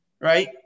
right